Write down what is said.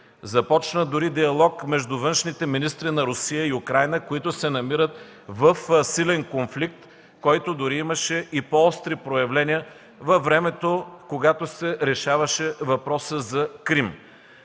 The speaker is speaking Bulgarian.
Започна дори диалог между външните министри на Русия и Украйна, които се намират в силен конфликт, който дори имаше и по-остри проявления във времето, когато се решаваше въпросът за Крим.